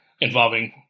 involving